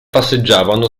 passeggiavano